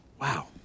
Wow